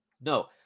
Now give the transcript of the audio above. No